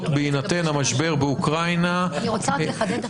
בהינתן המשבר באוקראינה --- אני רוצה לחדד,